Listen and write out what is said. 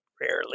rarely